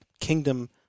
kingdom